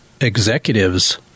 executives